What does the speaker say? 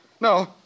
No